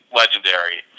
legendary